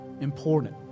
important